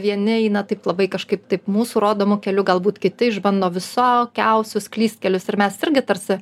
vieni eina taip labai kažkaip taip mūsų rodomu keliu galbūt kiti išbando visokiausius klystkelius ir mes irgi tarsi